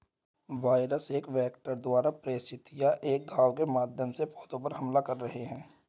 virus एक vector द्वारा प्रेषित या एक घाव के माध्यम से पौधे पर हमला कर रहे हैं